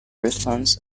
response